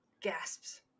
Gasps